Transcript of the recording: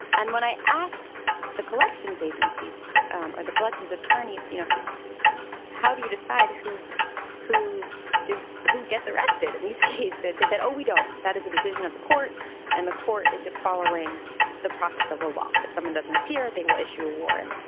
and when i asked the collections agencies or the collections attorneys you know how do you decide who who is who gets arrested in these cases. they said oh we don't. that is a decision of the court and the court is just following the process of the law. if someone doesn't appear they will issue a warrant.